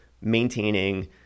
maintaining